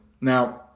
Now